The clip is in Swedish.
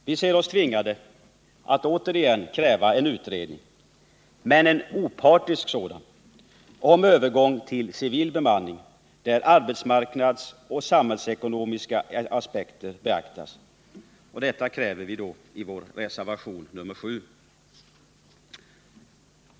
Visser oss tvingade att återigen kräva en utredning — men en opartisk sådan — om övergång till civil bemanning, varvid arbetsmarknadsoch samhällsekonomiska aspekter skall beaktas. Vi kräver detta i vår reservation nr 7.